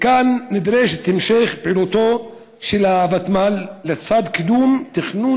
כאן נדרש המשך פעילותה של הוותמ"ל לצד קידום תכנון